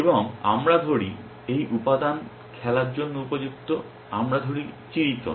এবং আমরা ধরি এই উপাদান খেলার জন্য উপযুক্ত আমরা ধরি চিড়িতন